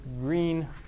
green